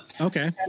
Okay